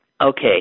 Okay